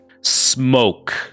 smoke